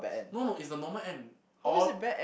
no no it's the normal end or